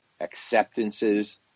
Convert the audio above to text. acceptances